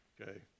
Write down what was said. okay